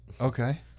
okay